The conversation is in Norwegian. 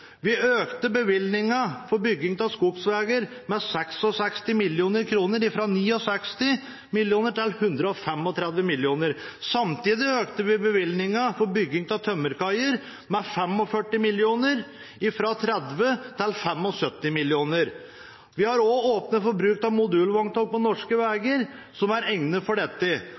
Vi økte bevilgningen for bygging av skogsveier med 66 mill. kr, fra 69 mill. kr til 135 mill. kr. Samtidig økte vi bevilgningen til bygging av tømmerkaier med 45 mill. kr, fra 30 mill. kr til 75 mill. kr. Vi har også åpnet for bruk av modulvogner på norske veier, som er egnet for dette.